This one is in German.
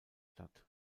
stadt